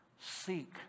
seek